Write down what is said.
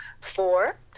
four